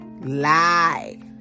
lie